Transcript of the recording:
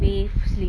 bathe sleep